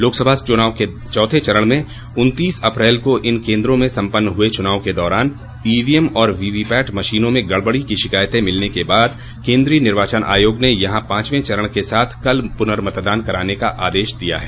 लोकसभा चुनाव के चौथे चरण में उन्तीस अप्रैल को इन केन्द्रों में सम्पन्न हुए चुनाव के दारान ईवीएम और वीवी पैट मशीनों में गड़बड़ी की शिकायते मिलने के बाद केन्द्रीय निर्वाचन आयोग ने यहां पांचवे चरण के साथ कल प्रनर्मतदान कराने का आदेश दिया है